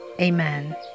Amen